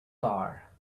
bar